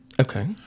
Okay